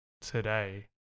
today